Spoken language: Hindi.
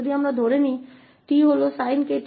तो f𝑡 sin 𝑘𝑡 है यदि हम मान लें